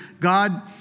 God